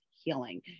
healing